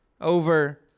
over